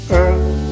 earth